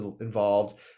involved